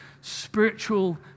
spiritual